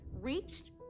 reached